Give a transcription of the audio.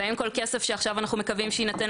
והאם כל כסף שעכשיו אנחנו מקווים שיינתן,